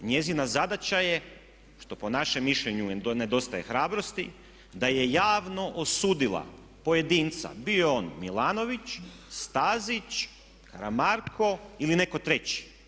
Njezina zadaća je što po našem mišljenju joj nedostaje hrabrosti da je javno osudila pojedinca bio on Milanović, Stazić, Karamarko ili netko treći.